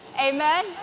amen